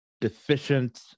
deficient